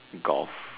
golf